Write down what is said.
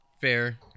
fair